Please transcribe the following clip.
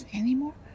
anymore